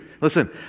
Listen